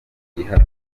yihaye